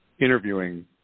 interviewing